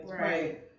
Right